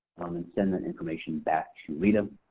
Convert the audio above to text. um and send that information back to reta.